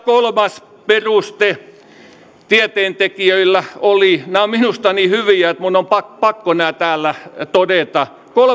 kolmas peruste tieteentekijöillä oli nämä ovat minusta niin hyviä että minun on pakko nämä täällä todeta